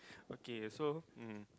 okay so mm